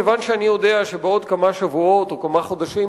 כיוון שאני יודע שבעוד כמה שבועות או כמה חודשים,